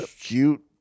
cute